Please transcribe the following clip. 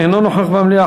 אינו נוכח במליאה,